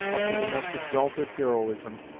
up to the most exalted heroism,